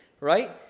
right